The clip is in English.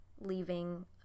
leaving